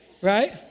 right